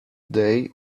day